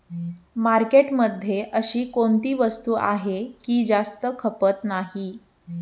मार्केटमध्ये अशी कोणती वस्तू आहे की जास्त खपत नाही?